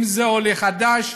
אם זה עולה חדש,